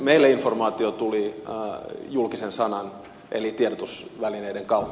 meille informaatio tuli julkisen sanan eli tiedotusvälineiden kautta